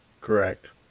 Correct